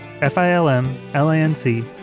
F-I-L-M-L-A-N-C